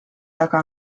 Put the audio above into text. taga